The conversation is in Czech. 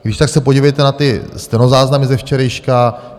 Když tak se podívejte na stenozáznamy ze včerejška.